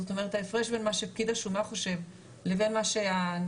זאת אומרת ההפרש בין מה שפקיד השומה חושב לבין מה שהנישום,